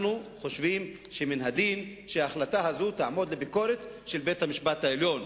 אנחנו חושבים שמן הדין שההחלטה הזאת תעמוד לביקורת של בית-המשפט העליון,